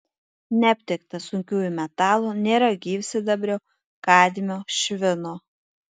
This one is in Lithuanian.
neaptikta sunkiųjų metalų nėra gyvsidabrio kadmio švino